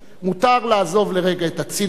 מותר לעזוב לרגע את הציניות,